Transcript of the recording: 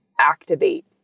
activate